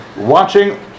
Watching